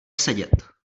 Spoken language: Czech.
sedět